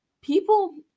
People